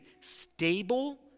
stable